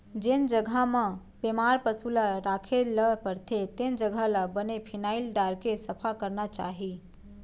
जेन जघा म बेमार पसु ल राखे ल परथे तेन जघा ल बने फिनाइल डारके सफा करना चाही